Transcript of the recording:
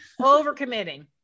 Overcommitting